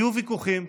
יהיו ויכוחים,